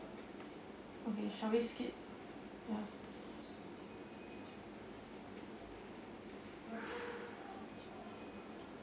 okay shall we skip ya